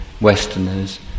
Westerners